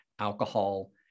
alcohol